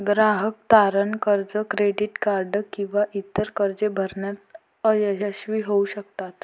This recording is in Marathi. ग्राहक तारण कर्ज, क्रेडिट कार्ड किंवा इतर कर्जे भरण्यात अयशस्वी होऊ शकतात